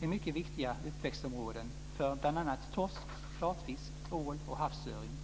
är mycket viktiga uppväxtområden för bl.a. torsk, flatfisk, ål och havsöring.